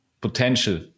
potential